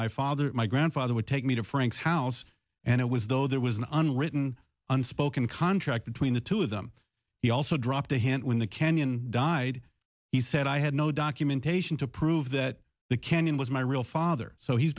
my father my grandfather would take me to frank's house and it was though there was an unwritten unspoken contract between the two of them he also dropped a hint when the kenyan died he said i had no documentation to prove that the kenyan was my real father so he's